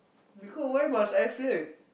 because why must I flirt